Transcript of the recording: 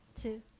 two